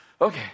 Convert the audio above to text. okay